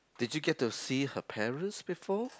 did you get to see her parents before